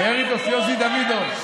ווער איז יוסי דוידוב,